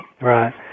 Right